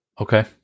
Okay